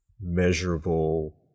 measurable